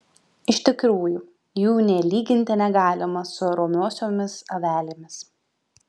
iš tikrųjų jų nė lyginti negalima su romiosiomis avelėmis